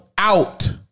Out